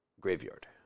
graveyard